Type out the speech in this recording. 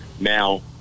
Now